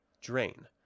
Drain